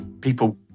people